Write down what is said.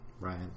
Ryan